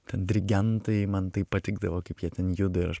ten dirigentai man taip patikdavo kaip jie ten juda ir aš